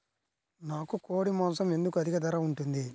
నాకు కోడి మాసం ఎందుకు అధిక ధర ఉంటుంది?